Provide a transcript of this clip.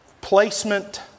Placement